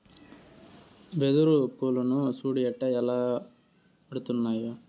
వెదురు పూలను సూడు ఎట్టా ఏలాడుతుండాయో